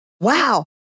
wow